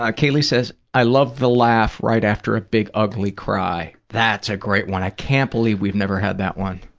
ah kaylee says, i love the laugh right after a big, ugly cry. that's a great one. i can't believe we've never had that one.